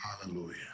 Hallelujah